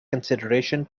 consideration